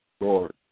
Lord